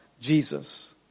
Jesus